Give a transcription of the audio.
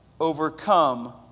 overcome